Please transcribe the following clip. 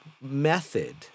method